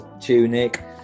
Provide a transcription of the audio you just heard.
tunic